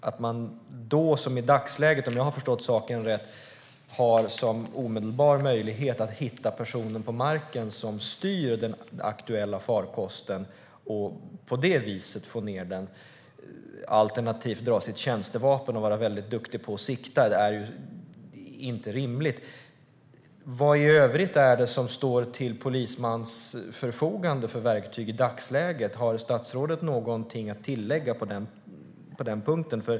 Att som i dagsläget, om jag har förstått saken rätt, bara ha som omedelbar möjlighet att hitta personen på marken som styr den aktuella farkosten och på det viset få ned den, alternativt dra sitt tjänstevapen och vara väldigt duktig på att sikta, är inte rimligt. Vilka verktyg i övrigt står till polismans förfogande i dagsläget? Har statsrådet någonting att tillägga på den punkten?